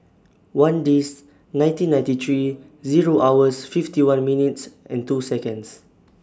one Dec nineteen ninety three Zero hours fifty one minutes and two Seconds